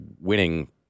winning